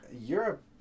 Europe